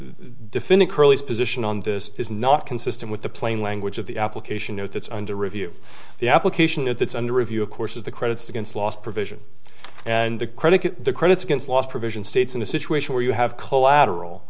curly's position on this is not consistent with the plain language of the application it's under review the application it's under review of course is the credits against loss provision and the credit the credits against loss provision states in a situation where you have collateral